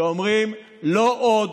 שאומרים: לא עוד.